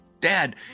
Dad